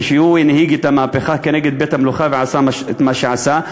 כשהוא הנהיג את המהפכה נגד בית-המלוכה ועשה את מה שעשה.